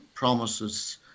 Promises